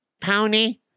pony